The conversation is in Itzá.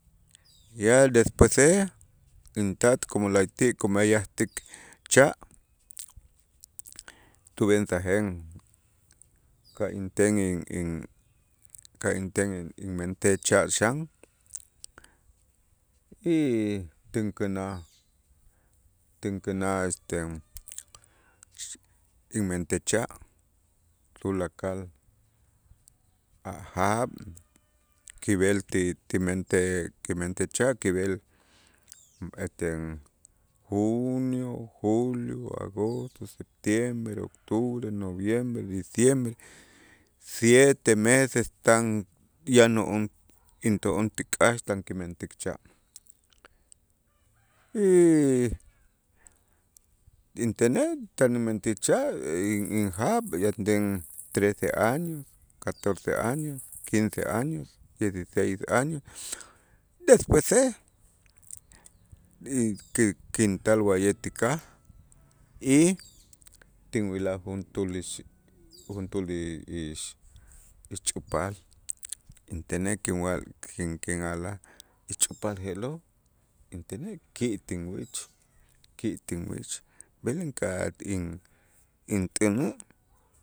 Ya despuese intat como la'ayti' kumeyajtik cha' tub'ensajen ka' inten in- in ka' inten in- inmentej cha' xan y tinkänaj, tinkänaj este inmentej cha', tulakal a' jaab' kib'el ti timentej kimentej cha' kib'el este junio, julio, agosto, septiembre, octubre, noviembre, diciembre siete meses tan yano'on into'on ti k'aax tan kimentik cha' y intenej tan umentik cha' in- injaab' trece años, catorce años, quince años, dieciseis años, despuese y ki- kintal wa'ye' ti kaj y tinwilaj juntuul ix- juntuul i- ix- ixch'upaal intenej kinwa'lik k'in- k'in a'la' ixch'upaal je'lo' intenej ki' tinwich, ki' tinwich b'el inka'aj in- int'änä'.